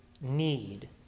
need